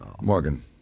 Morgan